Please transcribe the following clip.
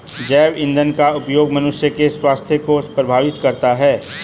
जैव ईंधन का उपयोग मनुष्य के स्वास्थ्य को प्रभावित करता है